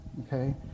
Okay